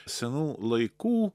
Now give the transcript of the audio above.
senų laikų